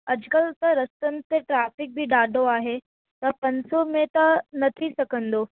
अॼुकल्ह त रस्तनि ते ट्रैफिक बि ॾाढो आहे त पंज सौ में त न थी सघंदो